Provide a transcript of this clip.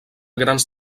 grans